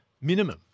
Minimum